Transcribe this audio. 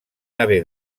haver